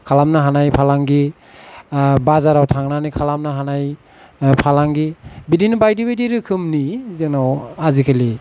खालामनो हानाय फालांगि बाजाराव थांनानै खालामनो हानाय फालांगि बिदिनो बायदि बायदि रोखोमनि जोंनाव आजिखालि